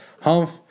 humph